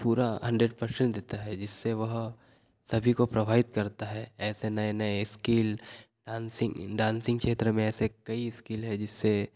पूरा hundred percent देता है जिससे वह सभी को प्रभावित करता है ऐसे नए नए स्कील डांसिंग डांसिंग क्षेत्र में ऐसे कई स्किल हैं जिससे